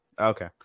okay